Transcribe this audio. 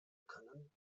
können